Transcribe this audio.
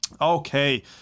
Okay